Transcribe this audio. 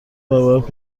برابر